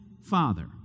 Father